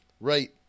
right